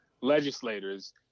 legislators